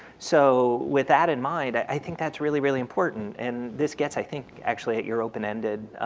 so with that in mind i i think that's really really important and this gets i think actually at your open-ended